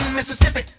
Mississippi